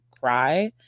cry